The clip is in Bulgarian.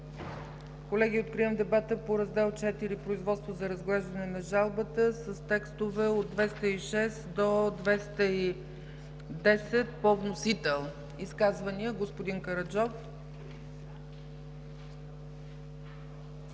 Колеги, откривам дебата по „Раздел ІV – Производство за разглеждане на жалбата” с текстове от 206 до 210 по вносител. Изказвания? Господин Караджов.